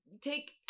take